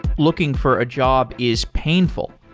looking for a job is painful,